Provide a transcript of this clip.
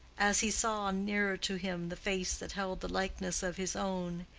as he saw nearer to him the face that held the likeness of his own,